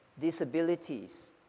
disabilities